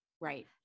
Right